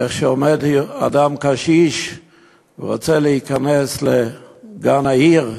עומד אדם קשיש ורוצה להיכנס לגן העיר,